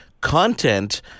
content